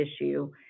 issue